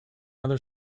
other